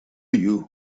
you